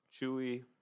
Chewy